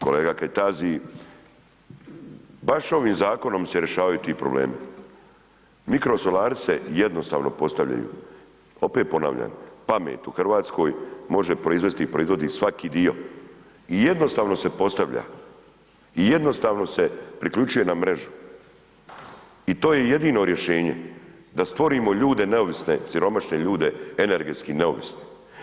Kolega Kajtazi, baš ovim zakonom se rješavaju ti problemi, mikrosolari se jednostavno postavljaju, opet ponavljam, pamet u RH može proizvesti i proizvodi svaki dio i jednostavno se postavlja i jednostavno se priključuje na mrežu i to je jedino rješenje da stvorimo ljude neovisne, siromašne ljude, energetski neovisne.